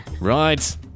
Right